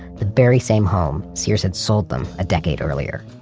the very same home sears had sold them a decade earlier.